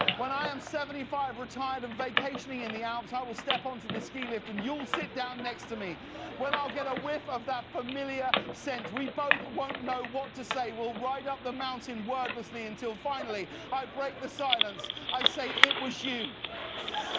when i'm seventy five, retired and vacationing in the alps, i will step onto the ski lift and you'll sit down next to me when i'll get a whiff of that familiar scent. we both won't know what to say, we'll ride up the mountain wordlessly, until finally i break the silence. i say, it was you,